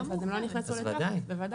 בוודאי.